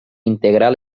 integrar